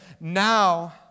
now